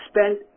spend